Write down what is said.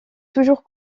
toujours